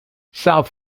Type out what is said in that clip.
south